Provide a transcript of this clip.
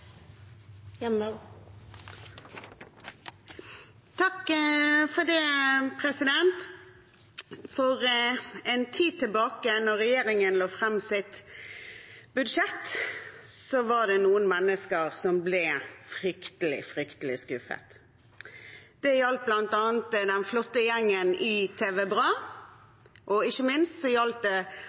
For en tid tilbake, da regjeringen la fram sitt budsjett, var det noen mennesker som ble fryktelig, fryktelig skuffet. Det gjaldt bl.a. den flotte gjengen i TV BRA, og ikke minst gjaldt det alle de utviklingshemmede som har fått muligheten til arbeid gjennom programmet HELT MED. Heldigvis viste det